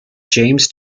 james